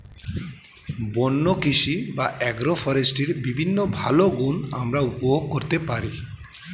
বন্য কৃষি বা অ্যাগ্রো ফরেস্ট্রির বিভিন্ন ভালো গুণ আমরা উপভোগ করতে পারি